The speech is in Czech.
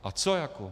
A co jako?